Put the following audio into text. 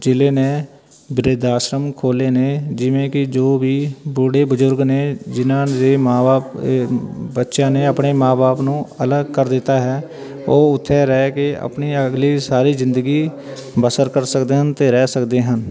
ਜਿਲ੍ਹੇ ਨੇ ਬਿਰਧ ਆਸ਼ਰਮ ਖੁੱਲ੍ਹੇ ਨੇ ਜਿਵੇਂ ਕਿ ਜੋ ਵੀ ਬੁੱਢੇ ਬਜ਼ੁਰਗ ਨੇ ਜਿਨ੍ਹਾਂ ਦੇ ਮਾਂ ਬਾਪ ਬੱਚਿਆਂ ਨੇ ਆਪਣੇ ਮਾਂ ਬਾਪ ਨੂੰ ਅਲੱਗ ਕਰ ਦਿੱਤਾ ਹੈ ਉਹ ਉੱਥੇ ਰਹਿ ਕੇ ਆਪਣੀ ਅਗਲੀ ਸਾਰੀ ਜ਼ਿੰਦਗੀ ਬਸਰ ਕਰ ਸਕਦੇ ਹਨ ਅਤੇ ਰਹਿ ਸਕਦੇ ਹਨ